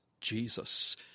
Jesus